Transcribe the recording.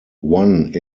one